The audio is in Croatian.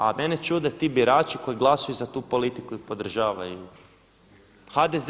A mene čude ti birači koji glasuju za tu politiku i podržavaju ih.